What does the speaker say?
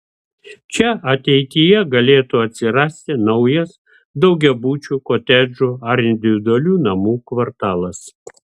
čia ateityje galėtų atsirasti naujas daugiabučių kotedžų ar individualių namų kvartalas